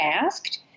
asked